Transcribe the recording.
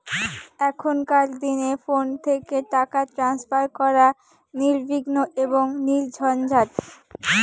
এখনকার দিনে ফোন থেকে টাকা ট্রান্সফার করা নির্বিঘ্ন এবং নির্ঝঞ্ঝাট